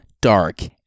dark